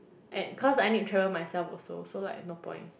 and cause I need to travel myself also so like no point